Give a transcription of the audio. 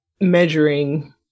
measuring